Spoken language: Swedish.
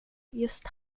just